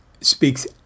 speaks